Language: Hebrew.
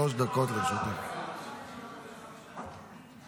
ההירתמות ביחד לעשות מצווה גדולה למשרתי המילואים ולמשרתים בכלל.